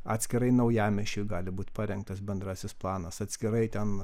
atskirai naujamiesčiui gali būti parengtas bendrasis planas atskirai ten